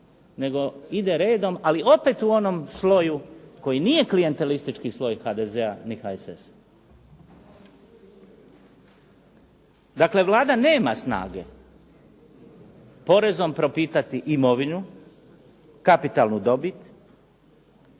nego ide redom ali opet u onom sloju koji nije klijentelistički sloj HDZ-a ni HSS-a. Dakle, Vlada nema snage porezom propitati imovinu, kapitalnu dobit